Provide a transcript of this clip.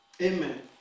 Amen